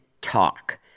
talk